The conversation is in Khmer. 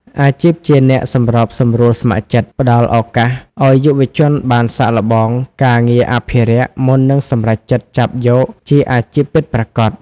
អាជីពជាអ្នកសម្របសម្រួលស្ម័គ្រចិត្ត ផ្តល់ឱកាសឱ្យយុវជនបានសាកល្បងការងារអភិរក្សមុននឹងសម្រេចចិត្តចាប់យកជាអាជីពពិតប្រាកដ។